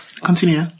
Continue